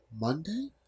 Monday